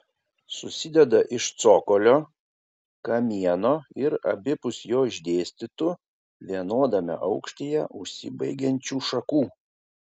susideda iš cokolio kamieno ir abipus jo išdėstytų vienodame aukštyje užsibaigiančių šakų